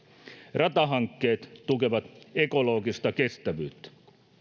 ratahankkeet tukevat ekologista kestävyyttä